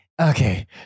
Okay